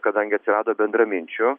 kadangi atsirado bendraminčių